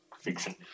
fiction